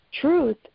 Truth